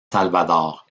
salvador